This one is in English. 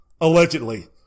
Allegedly